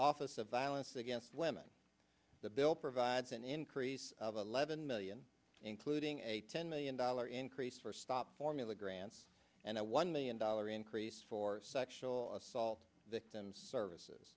office of violence against women the bill provides an increase of eleven million including a ten million dollar increase for stop formula grants and a one million dollar increase for sexual assault victims services